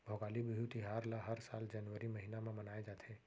भोगाली बिहू तिहार ल हर साल जनवरी महिना म मनाए जाथे